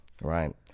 Right